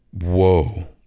whoa